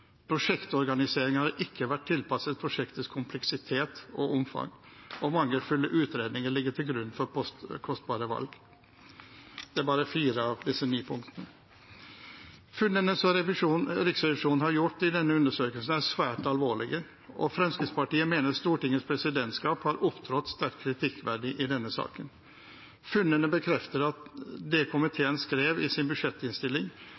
Prosjektorganiseringen har ikke vært tilpasset prosjektets kompleksitet og omfang. Mangelfulle utredninger ligger til grunn for kostbare valg.» Dette er bare fire av ni punkter. Funnene som Riksrevisjonen har gjort i denne undersøkelsen, er svært alvorlige, og Fremskrittspartiet mener Stortingets presidentskap har opptrådt sterkt kritikkverdig i denne saken. Funnene bekrefter det komiteen skrev i sin budsjettinnstilling, at